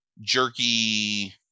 jerky